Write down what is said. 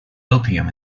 opium